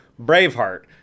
Braveheart